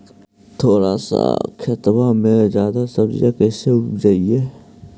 थोड़ा सा खेतबा में जादा सब्ज़ी कैसे उपजाई?